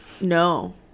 No